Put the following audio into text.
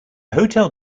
hotel